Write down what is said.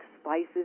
spices